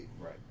Right